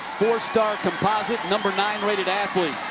four-star composite, number nine rated athlete.